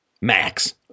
Max